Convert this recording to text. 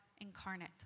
incarnate